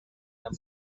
the